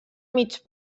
mig